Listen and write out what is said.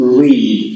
read